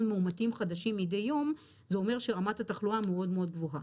מאומתים חדשים מדי יום זה אומר שרמת התחלואה מאוד מאוד גבוהה.